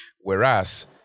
Whereas